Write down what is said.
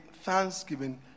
thanksgiving